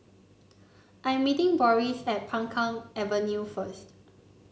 I'm meeting Boris at Peng Kang Avenue first